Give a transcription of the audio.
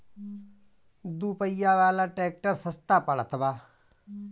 दू पहिया वाला ट्रैक्टर सस्ता पड़त बा